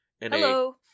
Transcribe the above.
Hello